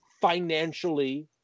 financially